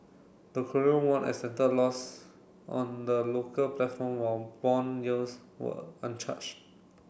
the Korean won extended losses on the local platform while bond yields were uncharged